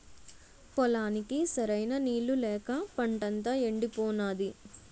పొలానికి సరైన నీళ్ళు లేక పంటంతా యెండిపోనాది